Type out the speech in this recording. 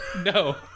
No